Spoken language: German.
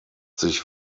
sich